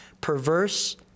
perverse